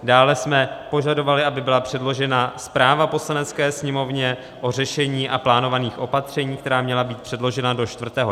Dále jsme požadovali, aby byla předložena zpráva Poslanecké sněmovně o řešení a plánovaných opatřeních, která měla být předložena do 4.